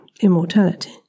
immortality